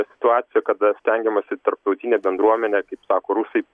situacija kada stengiamasi tarptautinę bendruomenę kaip sako rusai